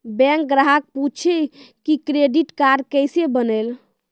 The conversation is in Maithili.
बैंक ग्राहक पुछी की क्रेडिट कार्ड केसे बनेल?